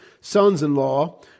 sons-in-law